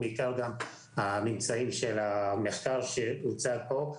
בעיקר לממצאים של המחקר שהוצג פה.